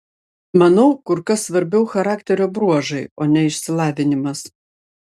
manau kur kas svarbiau charakterio bruožai o ne išsilavinimas